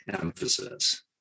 emphasis